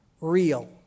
real